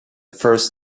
first